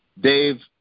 Dave